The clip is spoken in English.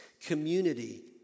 community